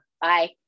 Bye